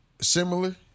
similar